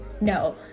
No